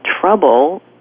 trouble